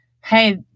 hey